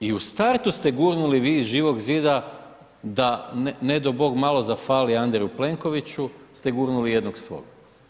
I u startu ste gurnuli vi iz Živog zida da ne dao Bog malo zafali Andreju Plenkoviću ste gurnuli jednog svog.